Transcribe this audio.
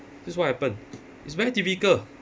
that's what happened it's very typical